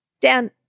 Dan